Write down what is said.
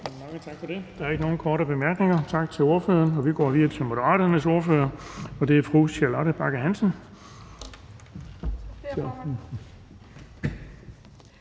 Bonnesen): Der er ikke nogen korte bemærkninger. Tak til ordføreren. Vi går videre til Moderaternes ordfører, og det er fru Charlotte Bagge Hansen.